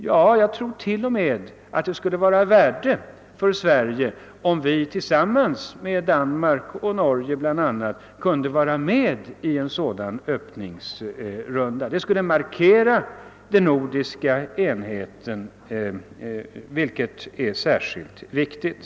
Ja, jag tror att det skulle vara av värde för Sverige om vi tillsammans med bl.a. Danmark och Norge kan vara med i en sådan öppningsrunda. Det skulle markera den nordiska enigheten, vilket är mycket betydelsefullt.